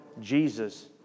Jesus